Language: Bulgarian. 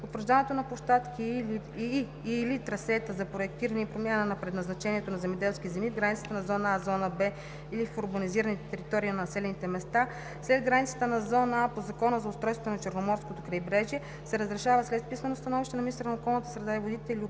утвърждаването на площадки и/или трасета за проектиране и промяна на предназначението на земеделски земи в границите на зона „А“, зона „Б“ или в урбанизираните територии на населените места след границите на зона „А“ по Закона за устройството на Черноморското крайбрежие, се разрешават след писмено становище на министъра на околната среда и водите